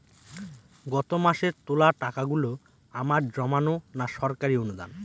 গত মাসের তোলা টাকাগুলো আমার জমানো না সরকারি অনুদান?